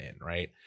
right